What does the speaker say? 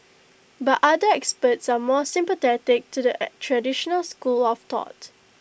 but other experts are more sympathetic to the traditional school of thought